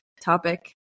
topic